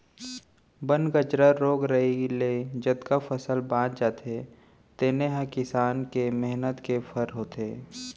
बन कचरा, रोग राई ले जतका फसल बाँच जाथे तेने ह किसान के मेहनत के फर होथे